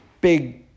big